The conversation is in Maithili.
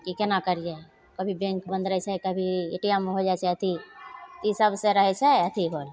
कि कोना करिए कभी बैँक बन्द रहै छै कभी ए टी एम होइ जाइ छै अथी ई सबसे रहै छै अथी होल